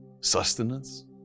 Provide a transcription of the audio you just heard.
sustenance